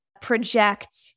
project